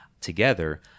together